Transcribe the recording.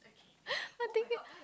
I think you